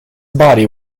body